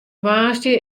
woansdei